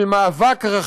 של מאבק רחב,